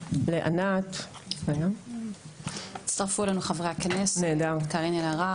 גם חברת הכנסת קארין אלהרר